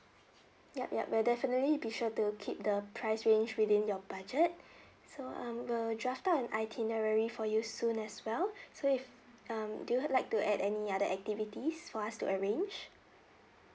ya ya we'll definitely be sure to keep the price range within your budget so um we'll draft up an itinerary for you soon as well so if um do you like to add any other activities for us to arrange